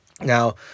Now